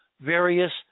various